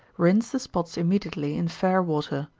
rinse the spots immediately, in fair water.